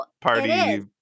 party